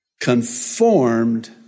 conformed